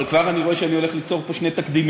אבל כבר אני רואה שאני הולך ליצור פה שני תקדימים: